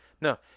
no